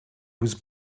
was